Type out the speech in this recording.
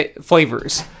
flavors